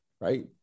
right